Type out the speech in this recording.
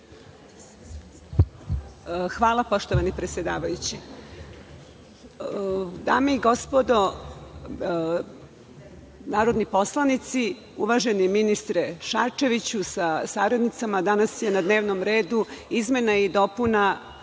Hvala, poštovani predsedavajući. Dame i gospodo narodni poslanici, uvaženi ministre Šarčeviću sa saradnicama, danas su na dnevnom redu izmene i dopune